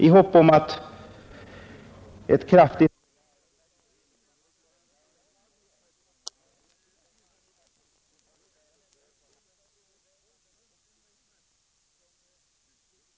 I hopp om ett kraftigt ökat anslag för nästa budgetår till Centralförbundet för alkoholoch narkotikaupplysning yrkar jag den här gången bifall till utskottets hemställan.